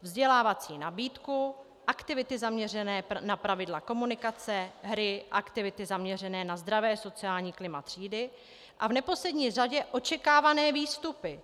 Vzdělávací nabídku, aktivity zaměřené na pravidla komunikace, hry, aktivity zaměřené na zdravé sociální klima třídy a v neposlední řadě očekávané výstupy.